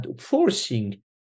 forcing